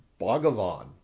Bhagavan